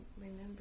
remember